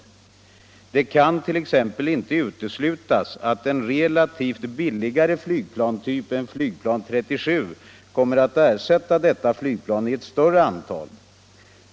Det kan t.ex. inte uteslutas att en relativt billigare flygplantyp än flygplan 37 kommer att ersätta detta flygplan i ett större antal.